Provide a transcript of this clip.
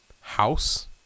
house